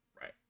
Right